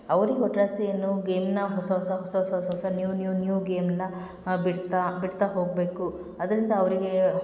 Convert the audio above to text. ಅವ್ರಿಗ್ ಒಟ್ರಾಸಿ ಏನು ಗೇಮ್ನ ಹೊಸ ಹೊಸ ಹೊಸ ಹೊಸ ಹೊಸ ಹೊಸ ನ್ಯೂವ್ ನ್ಯೂವ್ ನ್ಯೂವ್ ಗೇಮ್ನ ಬಿಡ್ತಾ ಬಿಡ್ತಾ ಹೋಗಬೇಕು ಅದರಿಂದ ಅವ್ರಿಗೆ